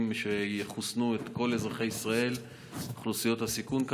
שיחסנו את כל אזרחי ישראל ואוכלוסיות הסיכון,